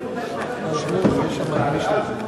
אני חושב שהזרם הרפורמי,